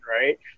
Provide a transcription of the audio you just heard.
right